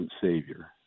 Savior